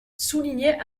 soulignait